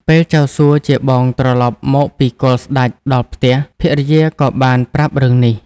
ពេលចៅសួជាបងត្រឡប់មកពីគាល់ស្ដេចដល់ផ្ទះ ភរិយាក៏បានប្រាប់រឿងនេះ។